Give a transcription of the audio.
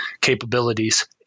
capabilities